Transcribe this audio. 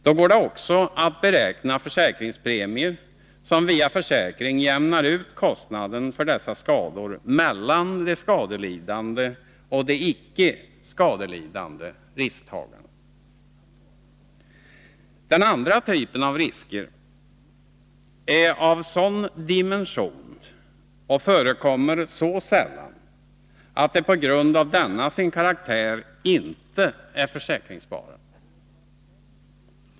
Då går det också att beräkna försäkringspremier som via försäkring jämnar ut kostnaden för dessa skador mellan de skadelidande och de icke skadelidande risktagarna. Den andra typen av risker avser skador som är av sådan dimension och förekommer så sällan att de på grund av denna sin karaktär inte är försäkringsbara.